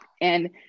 And-